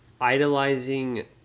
idolizing